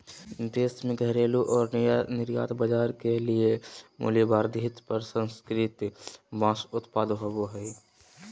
देश में घरेलू और निर्यात बाजार के लिए मूल्यवर्धित प्रसंस्कृत बांस उत्पाद होबो हइ